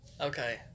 Okay